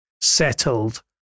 settled